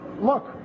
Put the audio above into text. Look